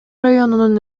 районунун